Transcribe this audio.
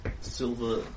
Silver